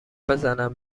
بزنن